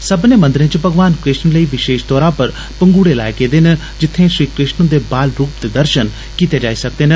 सब्बने मंदरें च भगवान कृष्ण लेई विशेष तौरा पर भगूंडे लाए गेदे न जित्थे श्री कृष्ण उन्दे बाल रूप दे दर्शन कीते जाई सकदे न